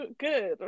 good